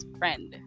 friend